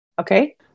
Okay